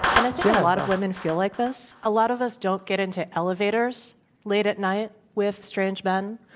and i think a lot of women feel like this. a lot of us don't get into elevators late at night with strange men.